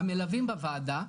המלווים בוועדה,